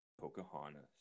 Pocahontas